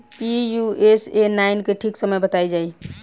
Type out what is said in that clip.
Pusa nine के ठीक समय बताई जाई?